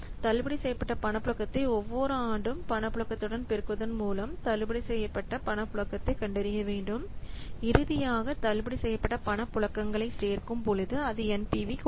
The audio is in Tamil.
தள்ளுபடி செய்யப்பட்ட பணப்புழக்கத்தை ஒவ்வொரு ஆண்டும் பணப்புழக்கத்துடன் பெருக்குவதன் மூலம் தள்ளுபடி செய்யப்பட்ட பணப்புழக்கத்தைக் கண்டறிய வேண்டும் இறுதியாக தள்ளுபடி செய்யப்பட்ட பணப்புழக்கங்களை சேர்க்கும் பொழுது அது NPV கொடுக்கும்